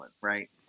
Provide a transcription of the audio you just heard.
right